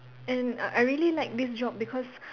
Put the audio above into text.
and I I really like this job because